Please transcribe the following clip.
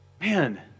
Man